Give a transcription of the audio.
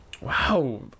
wow